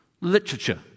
Literature